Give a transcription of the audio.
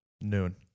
Noon